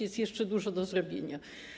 Jest jeszcze dużo do zrobienia.